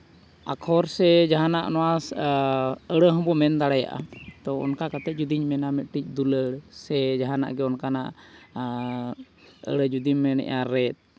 ᱟᱠᱷᱚᱨ ᱥᱮ ᱡᱟᱦᱟᱱᱟᱜ ᱱᱚᱣᱟ ᱟᱹᱲᱟ ᱦᱚᱸᱵᱚ ᱢᱮᱱ ᱫᱟᱲᱮᱭᱟᱜᱼᱟ ᱛᱚ ᱚᱱᱠᱟ ᱠᱟᱛᱮᱫ ᱡᱩᱫᱤᱧ ᱢᱮᱱᱟ ᱢᱤᱫᱴᱤᱡᱽ ᱫᱩᱞᱟᱹᱲ ᱥᱮ ᱡᱟᱦᱟᱱᱟᱜ ᱜᱮ ᱚᱱᱠᱟᱱᱟᱜ ᱟᱹᱲᱟᱹ ᱡᱩᱫᱤᱢ ᱢᱮᱱᱮᱜᱼᱟ ᱨᱮᱫ